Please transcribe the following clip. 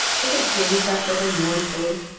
philip gazed after her mournfully,